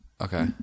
Okay